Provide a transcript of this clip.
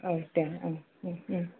औ दे औ